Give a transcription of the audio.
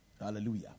Hallelujah